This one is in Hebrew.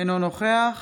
אינו נוכח